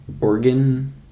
organ